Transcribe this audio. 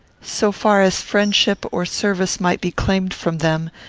so far as friendship or service might be claimed from them,